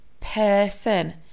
person